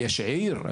ויש עיר,